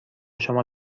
شما